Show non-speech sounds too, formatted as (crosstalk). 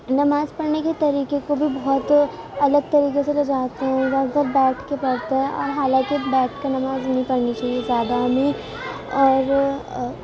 نماز پڑھنے کے طریقے کو بھی بہت الگ طریقے سے (unintelligible) ہیں وہ زیادہ تر بیٹھ کے پڑھتے ہیں اور حالانکہ بیٹھ کر نماز نہیں پڑھنی چاہیے زیادہ ہمیں اور